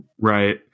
right